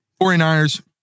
49ers